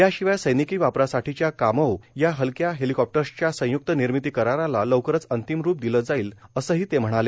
याशिवाय सैनिकी वापरासाठीच्या कामोव्ह या हलक्या हेलिकॉप्टर्सच्या संयुक्त निर्मिती कराराला लवकरच अंतिम रूप दिलं जाईल असंही ते म्हणाले